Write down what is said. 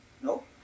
No